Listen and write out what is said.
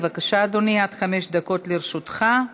בבקשה, אדוני, עד חמש דקות לרשותך.